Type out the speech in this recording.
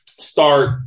start